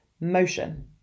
motion